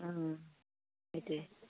অ' সেইটোৱে